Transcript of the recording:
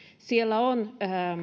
siellä on